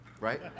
right